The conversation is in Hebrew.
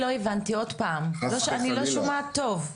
לא הבנתי, עוד פעם, אני לא שומעת טוב.